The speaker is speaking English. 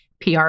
PR